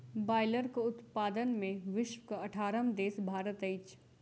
बायलरक उत्पादन मे विश्वक अठारहम देश भारत अछि